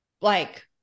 like-